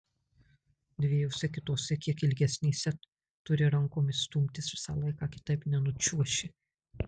dviejose kitose kiek ilgesnėse turi rankomis stumtis visą laiką kitaip nenučiuoši